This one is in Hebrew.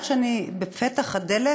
כשאני בפתח הדלת,